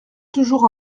toujours